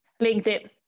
LinkedIn